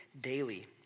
daily